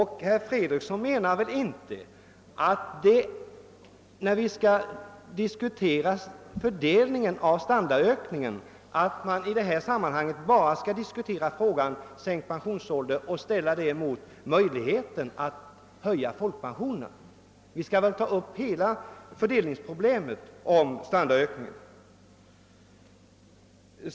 Herr Fredriksson menar väl inte att vi, när vi skall diskutera fördelningen av standardökningen, bara bör ställa frågan om sänkt pensionsålder mot möjligheten att höja pensionerna? Vi måste väl ta upp hela fördelninsproblemet om = standardökningen.